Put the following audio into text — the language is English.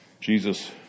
Jesus